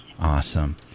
Awesome